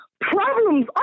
problems